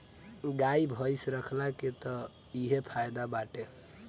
गाई भइस रखला के तअ इहे फायदा बाटे